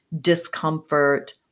discomfort